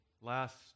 last